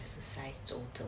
exercise